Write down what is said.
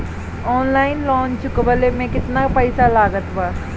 Online loan चुकवले मे केतना पईसा लागत बा?